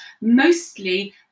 mostly